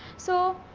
so,